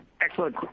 Excellent